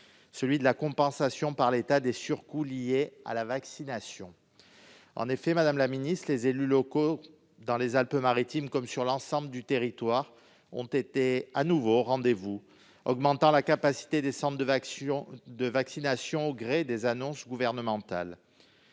concret : la compensation par l'État des surcoûts liés à la vaccination. En effet, madame la ministre, les élus locaux dans les Alpes-Maritimes, comme sur l'ensemble du territoire, ont été de nouveau au rendez-vous, en augmentant la capacité des centres de vaccination au gré des annonces gouvernementales.